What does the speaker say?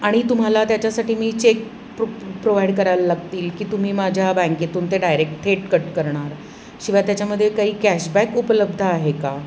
आणि तुम्हाला त्याच्यासाठी मी चेक प्रो प्रोवाईड करायला लागतील की तुम्ही माझ्या बँकेतून ते डायरेक्ट थेट कट करणार शिवाय त्याच्यामध्ये काही कॅशबॅक उपलब्ध आहे का